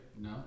No